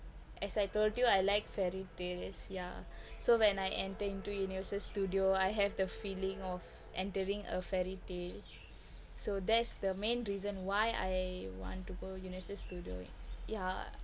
as I told you I like fairy tales ya so when I enter into universal studio I have the feeling of entering a fairy tale so that's the main reason why I want to go universal studio yeah